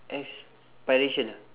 aspirations